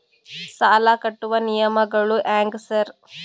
ಸಾಲ ಕಟ್ಟುವ ನಿಯಮಗಳು ಹ್ಯಾಂಗ್ ಸಾರ್?